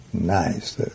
nice